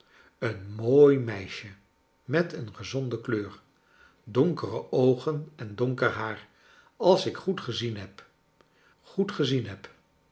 een mooi meisje met een gezonde kleur donkere oogen en donker haar als ik goed gezien heb goed gezien heb